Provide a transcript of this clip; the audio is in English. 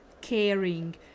caring